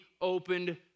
opened